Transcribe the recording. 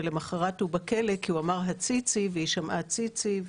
ולמחרת הוא בכלא כי הוא אמר "הציצי" והיא שמעה "ציצי".